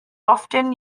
often